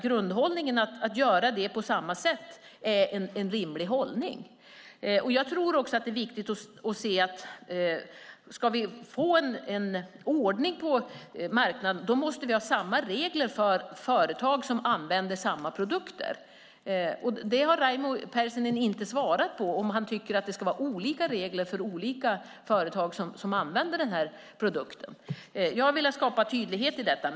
Grundhållningen att göra det på samma sätt tycker jag är en rimlig hållning. Om vi ska få en ordning på marknaden måste vi ha samma regler för företag som använder samma produkter. Raimo Pärssinen har inte svarat på om han tycker att det ska vara olika regler för olika företag som använder den här produkten. Jag har velat skapa tydlighet i detta.